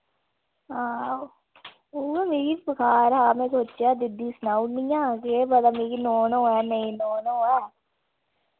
हां उऐ मिगी बखार हा मैं सोचेआ दीदी ही सनाऊनी आं केह् पता मिगी नोन होऐ नेईं नोन होऐ